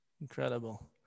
Incredible